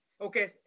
okay